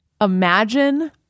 imagine